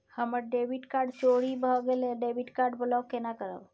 हमर debit card चोरी भगेलै डेबिट कार्ड ब्लॉक केना करब?